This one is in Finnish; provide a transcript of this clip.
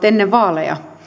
ennen vaaleja